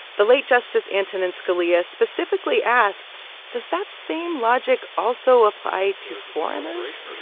the late justice antonin scalia specifically asked, does that same logic also apply to foreigners?